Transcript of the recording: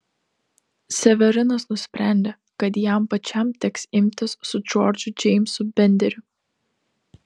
severinas nusprendė kad jam pačiam teks imtis su džordžu džeimsu benderiu